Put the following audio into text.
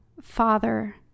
Father